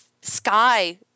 sky